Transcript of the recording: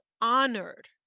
honored